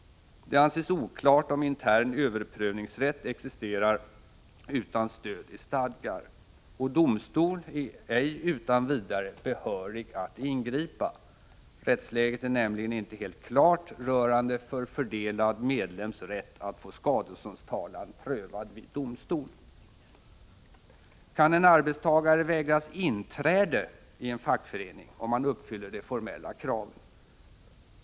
Det anses oklart om intern överprövningsrätt existerar utan stöd i stadgar. Och domstol är ej utan vidare behörig att ingripa. Rättsläget är nämligen inte helt klart rörande förfördelad medlems rätt att få skadeståndstalan prövad vid domstol. Kan en arbetstagare vägras inträde i en fackförening, om han uppfyller de formella kraven?